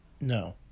No